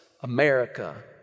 America